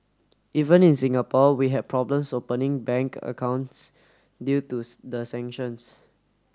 even in Singapore we had problems opening bank accounts due to the sanctions